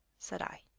said i.